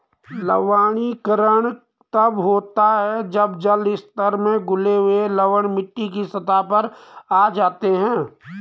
लवणीकरण तब होता है जब जल स्तरों में घुले हुए लवण मिट्टी की सतह पर आ जाते है